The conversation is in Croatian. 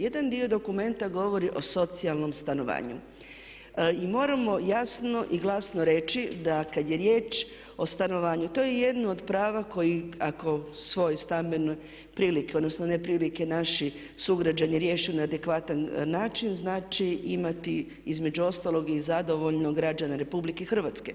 Jedan dio dokumenta govori o socijalnom stanovanju i moramo jasno i glasno reći da kad je riječ o stanovanju, to je jedno od prava koje ako svoje stambene prilike odnosno neprilike naši sugrađani riješe na adekvatan način znači imati između ostalog i zadovoljnog građana RH.